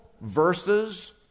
verses